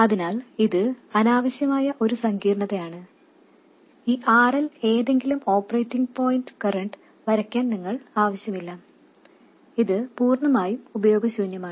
അതിനാൽ ഇത് അനാവശ്യമായ ഒരു സങ്കീർണതയാണ് ഈ RL ഏതെങ്കിലും ഓപ്പറേറ്റിംഗ് പോയിൻറ് കറന്റ് വരയ്ക്കാൻ നിങ്ങൾക്ക് ആവശ്യമില്ല ഇത് പൂർണ്ണമായും ഉപയോഗശൂന്യമാണ്